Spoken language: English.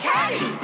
Caddy